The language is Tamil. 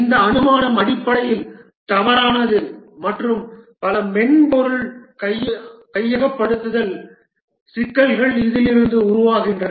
இந்த அனுமானம் அடிப்படையில் தவறானது மற்றும் பல மென்பொருள் கையகப்படுத்தல் சிக்கல்கள் இதிலிருந்து உருவாகின்றன